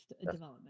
development